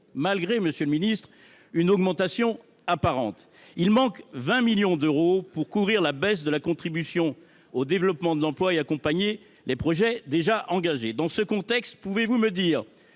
malgré une augmentation apparente. Il manque 20 millions d’euros pour couvrir la baisse de la contribution au développement de l’emploi et accompagner les projets déjà engagés. Dans ce contexte, monsieur